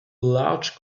large